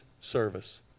service